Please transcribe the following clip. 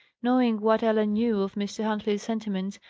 knowing what ellen knew of mr. huntley's sentiments,